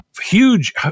huge